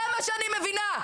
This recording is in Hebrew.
זה מה שאני מבינה.